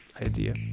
idea